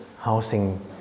housing